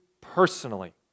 personally